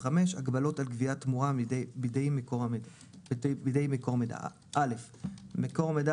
45.הגבלות על גביית תמורה בידי מקור מידע מקור מידע